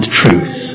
truth